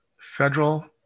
federal